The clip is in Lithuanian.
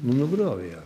nu nugriovė ją